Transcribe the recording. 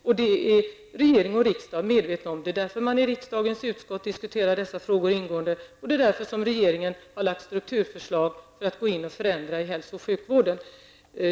Också regering och riksdag är medvetna om detta, och det är därför som man i riksdagens utskott ingående diskuterar dessa frågor och som regeringen har lagt fram förslag till förändringar av strukturen inom hälso och sjukvården.